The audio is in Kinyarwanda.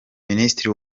minisitiri